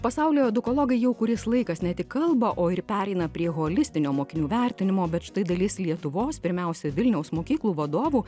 pasaulio edukologai jau kuris laikas ne tik kalba o ir pereina prie holistinio mokinių vertinimo bet štai dalis lietuvos pirmiausia vilniaus mokyklų vadovų